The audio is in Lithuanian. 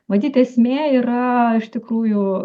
matyt esmė yra iš tikrųjų